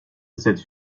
cette